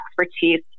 expertise